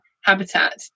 habitat